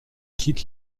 quitte